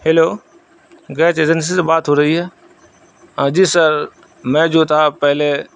hello gas agency سے بات ہو رہی ہے جی سر میں جو تھا پہلے